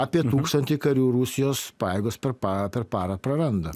apie tūkstantį karių rusijos pajėgos per parą per parą praranda